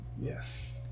yes